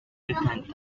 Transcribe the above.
different